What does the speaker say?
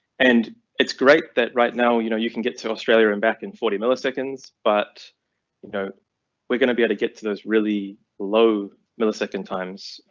and it's great that right now you know you can get to australia and back in forty milliseconds. but you know we're going to be able to get to those really low millisecond times.